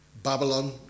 Babylon